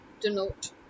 denote